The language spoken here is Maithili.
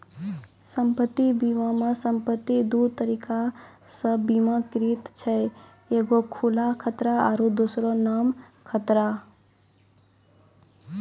सम्पति बीमा मे सम्पति दु तरिका से बीमाकृत छै एगो खुला खतरा आरु दोसरो नाम खतरा